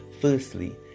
Firstly